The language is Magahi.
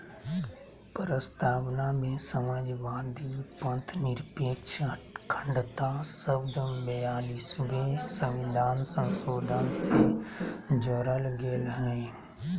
प्रस्तावना में समाजवादी, पथंनिरपेक्ष, अखण्डता शब्द ब्यालिसवें सविधान संशोधन से जोरल गेल हइ